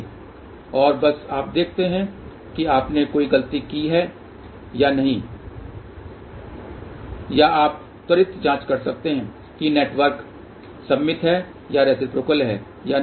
और बस आप देखते हैं कि आपने कोई गलती की है या नहीं या आप त्वरित जांच कर सकते हैं कि नेटवर्क सममित है या रेसिप्रोकल है या नहीं